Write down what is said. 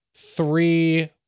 three